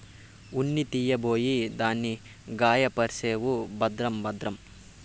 ఉన్ని తీయబోయి దాన్ని గాయపర్సేవు భద్రం భద్రం